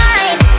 Time